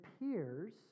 appears